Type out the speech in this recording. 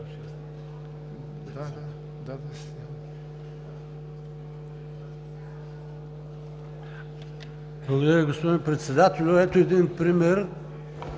Благодаря Ви, господин Председателю. Ето един пример,